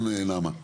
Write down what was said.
כן, נעמה.